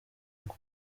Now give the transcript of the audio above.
ngo